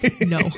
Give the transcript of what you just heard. No